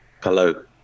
Hello